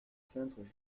cintre